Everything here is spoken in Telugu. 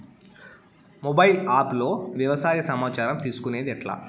మొబైల్ ఆప్ లో వ్యవసాయ సమాచారం తీసుకొనేది ఎట్లా?